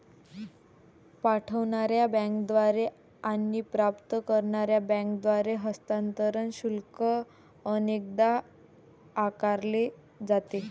पाठवणार्या बँकेद्वारे आणि प्राप्त करणार्या बँकेद्वारे हस्तांतरण शुल्क अनेकदा आकारले जाते